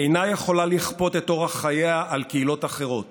אינה יכולה לכפות את אורח חייה על קהילות אחרות